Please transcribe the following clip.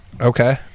Okay